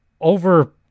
over